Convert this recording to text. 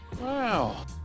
Wow